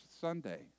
Sunday